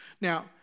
Now